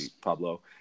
Pablo